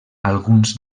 alguns